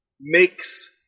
makes